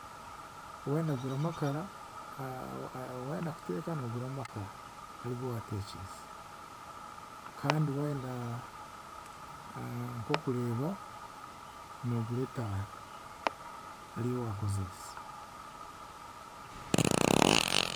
Waayenda kugura amakara, waayenda kuteeka, noogura amakara arigo waateekyesa, kandi waayenda nk'okureeba, noogura etaara ariyo waakozeesa.